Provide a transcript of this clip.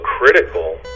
critical